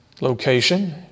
location